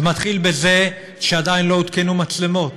זה מתחיל בזה שעדיין לא הותקנו מצלמות,